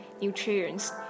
nutrients